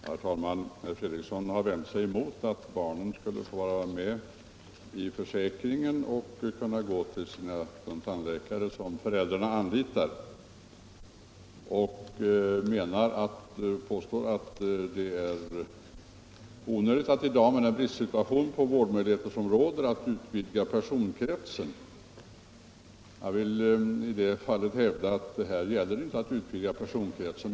Herr talman! Herr Fredriksson har vänt sig emot att barnen skulle få vara med i försäkringen och kunna gå till de tandläkare som föräldrarna anlitar. Han påstår att det är onödigt att i dag, med den bristsituation i fråga om vårdmöjligheter som råder, att utvidga personkretsen. Jag vill hävda att det här inte gäller att utvidga personkretsen.